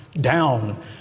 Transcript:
down